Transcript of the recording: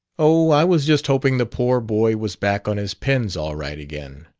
oh, i was just hoping the poor boy was back on his pins all right again.